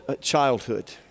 childhood